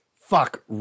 fuck